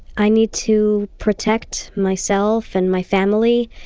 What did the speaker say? i need to protect myself and my family.